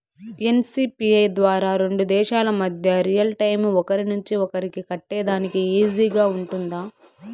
NCPI ద్వారా రెండు దేశాల మధ్య రియల్ టైము ఒకరి నుంచి ఒకరికి కట్టేదానికి ఈజీగా గా ఉంటుందా?